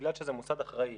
בגלל שזה מוסד אחראי,